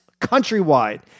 countrywide